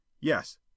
yes